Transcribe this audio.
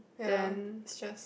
ya it just